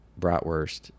bratwurst